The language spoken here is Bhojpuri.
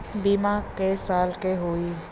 बीमा क साल क होई?